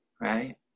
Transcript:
right